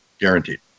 guaranteed